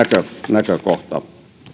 näkökohta tässä toteutuu